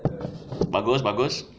bagus bagus